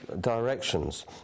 directions